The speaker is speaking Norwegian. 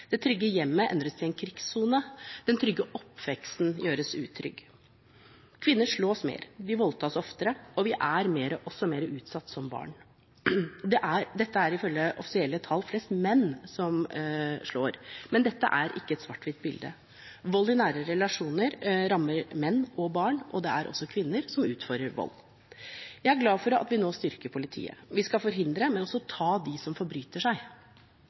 det trygge hjemmet endres til en krigssone, den trygge oppveksten gjøres utrygg. Kvinner slås mer, voldtas oftere, og vi er også mer utsatt som barn. Det er ifølge offisielle tall flest menn som slår, men dette er ikke et svart-hvitt-bilde. Vold i nære relasjoner rammer menn og barn, og det er også kvinner som utøver vold. Jeg er glad for at vi nå styrker politiet – vi skal forhindre vold, men også ta dem som forbryter seg.